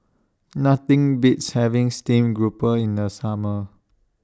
Nothing Beats having Stream Grouper in The Summer